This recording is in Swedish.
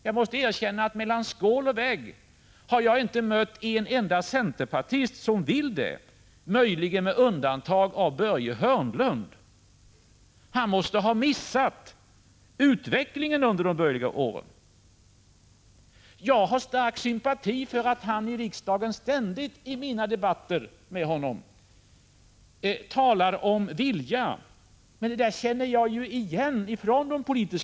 Jag måste erkänna att jag mellan skål och vägg inte har mött en enda centerpartist som vill någonting sådant, möjligen med undantag för Börje Hörnlund. Han måste ha missat utvecklingen under de borgerliga åren. Jag har stark sympati för att han i riksdagen i mina debatter med honom ständigt har talat om viljan. Men det där känner jag ju igen från tidigare.